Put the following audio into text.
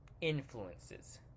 influences